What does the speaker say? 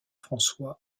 françois